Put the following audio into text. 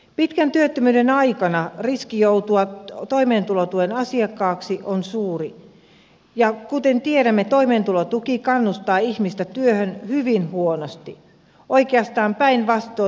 pitkän työttömyyden aikana riski joutua toimeentulotuen asiakkaaksi on suuri ja kuten tiedämme toimeentulotuki kannustaa ihmistä työhön hyvin huonosti oikeastaan päinvastoin